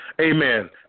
Amen